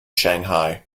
shanghai